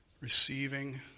receiving